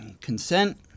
consent